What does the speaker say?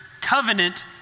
covenant